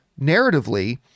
narratively